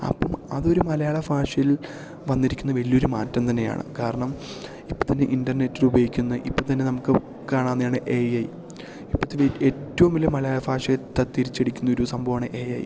അപ്പം അതൊരു മലയാള ഭാഷയിൽ വന്നിരിക്കുന്ന വലിയൊരു മാറ്റം തന്നെയാണ് കാരണം ഇപ്പത്തന്നെ ഇൻ്റർനെറ്റുപയോഗിക്കുന്ന ഇപ്പത്തന്നെ നമുക്ക് കാണാവുന്നതാണ് എ ഐ ഇപ്പത്തൊര് ഏറ്റവും വലിയ മലയാള ഭാഷയെ തിരിച്ചടിക്കുന്നൊരു സംഭവാണ് എ ഐ